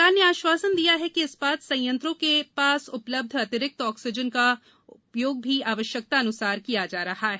सरकार ने आश्वासन दिया है कि इस्पात संयंत्रों के पास उपलब्ध अतिरिक्त ऑक्सीजन का उपयोग भी आवश्यकतानुसार किया जा रहा है